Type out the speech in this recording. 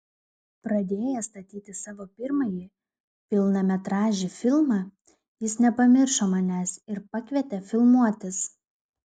pradėjęs statyti savo pirmąjį pilnametražį filmą jis nepamiršo manęs ir pakvietė filmuotis